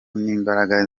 n’imbaraga